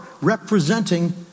representing